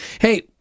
Hey